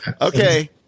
Okay